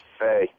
Hey